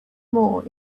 more